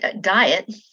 diet